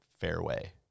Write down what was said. fairway